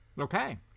Okay